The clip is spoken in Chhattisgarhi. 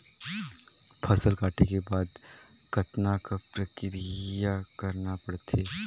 फसल काटे के बाद कतना क प्रक्रिया करना पड़थे?